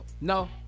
No